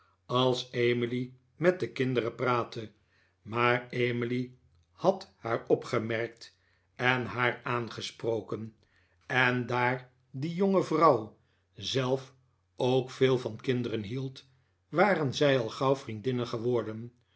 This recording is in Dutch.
als emily met de kinderen praatte maar emily had haar opgemerkt en haar aangesproken en daar die jonge vrouw zelf ook veel van kinderen hield waren zij al gauw vriendinnen geworden